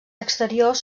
exteriors